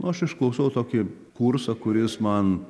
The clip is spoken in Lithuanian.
nu aš išklausiau tokį kursą kuris man